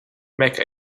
mecca